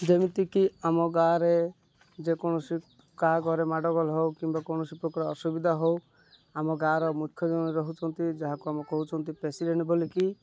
ଯେମିତିକି ଆମ ଗାଁରେ ଯେକୌଣସି କାହା ଘରେ ମାଡ଼ଗୋଳ ହେଉ କିମ୍ବା କୌଣସି ପ୍ରକାର ଅସୁବିଧା ହେଉ ଆମ ଗାଁର ମୁଖ୍ୟ ଜଣେ ରହୁଛନ୍ତି ଯାହାକୁ ଆମେ କହୁଛନ୍ତି ପ୍ରେସିଡେଣ୍ଟ ବୋଲିକି